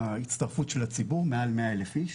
ההצטרפות של הציבור מעל 100 אלף איש,